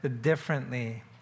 differently